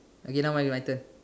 again okay now my my turn